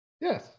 Yes